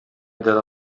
della